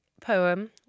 poem